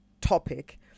topic